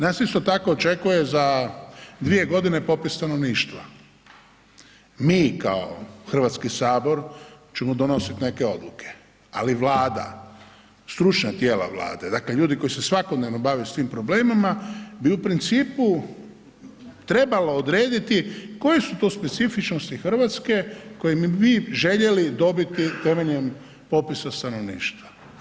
Nas isto tako očekuje za 2.g. popis stanovništva, mi kao HS ćemo donosit neke odluke, ali Vlada, stručna tijela Vlade, dakle, ljudi koji se svakodnevno bave s tim problemima bi u principu trebalo odrediti koje su to specifičnosti RH koje bi mi željeli dobiti temeljem popisa stanovništva?